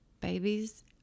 babies